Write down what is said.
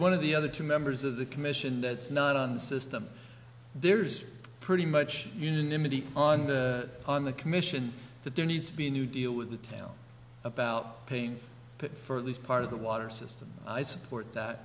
one of the other two members of the commission that's not on the system there's pretty much unanimity on the on the commission that there needs to be a new deal with the town about paying for at least part of the water system i support that